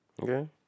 Okay